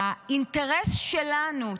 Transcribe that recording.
האינטרס שלנו,